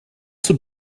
zum